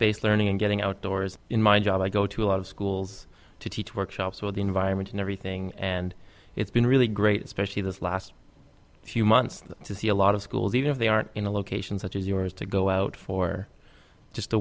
based learning and getting outdoors in my job i go to a lot of schools to teach workshops with the environment and everything and it's been really great especially those last few months to see a lot of schools even if they aren't in a location such as yours to go out for just a